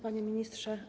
Panie Ministrze!